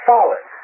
Solid